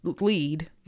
Lead